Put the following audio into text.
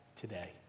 today